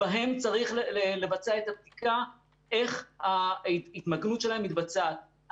בהם צריך לבצע את הבדיקה איך ההתמגנות שלהם מתבצעת.